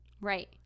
right